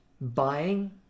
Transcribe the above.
buying